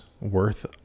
worth